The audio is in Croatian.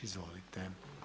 Izvolite!